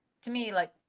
to me, like,